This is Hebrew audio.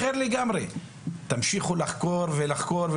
תמשיכו לחקור ולחקור,